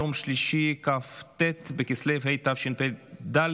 יום שלישי כ"ט בכסלו התשפ"ד,